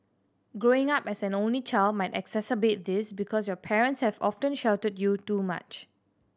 growing up as an only child might exacerbate this because your parents have often sheltered you too much